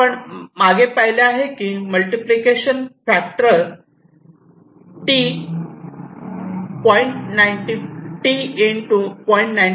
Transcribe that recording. आपण मागे पाहिले आहे मल्टिप्लिकेशन ट्रॅक्टर फॅक्टरी T 0